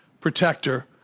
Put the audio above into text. protector